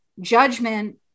judgment